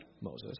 Moses